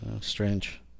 strange